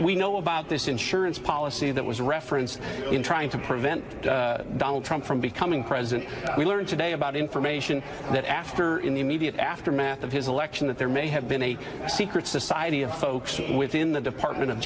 we know about this insurance policy that was referenced in trying to prevent donald trump from becoming president we learned today about information that after in the immediate aftermath of his election that there may have been a secret society of folks within the department of